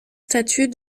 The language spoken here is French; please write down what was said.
statue